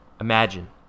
Imagine